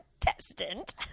contestant